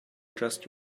just